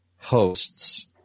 hosts